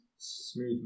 Smooth